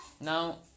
Now